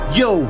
yo